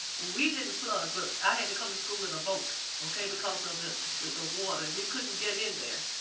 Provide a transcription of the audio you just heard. we didn't flood but i had to come to school in a boat, okay, because ah of the the water. we couldn't get in there.